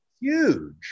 Huge